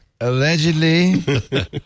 Allegedly